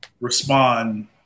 respond